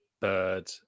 Bird